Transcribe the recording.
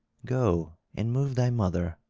go and move thy mother,